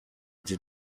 did